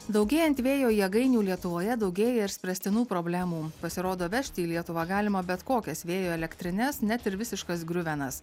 daugėjant vėjo jėgainių lietuvoje daugėja ir spręstinų problemų pasirodo vežti į lietuvą galima bet kokias vėjo elektrines net ir visiškas griuvenas